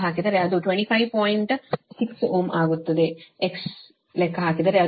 6Ω ಆಗುತ್ತದೆ X ಲೆಕ್ಕ ಹಾಕಿದರೆ ಅದು 60